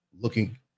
looking